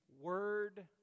word